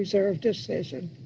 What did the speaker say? reserve decision